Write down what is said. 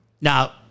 Now